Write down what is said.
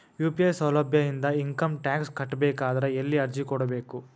UPI ಸೌಲಭ್ಯ ಇಂದ income tax ಕಟ್ಟಬೇಕಾದರ ಎಲ್ಲಿ ಅರ್ಜಿ ಕೊಡಬೇಕು?